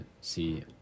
See